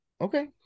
Okay